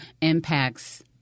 impacts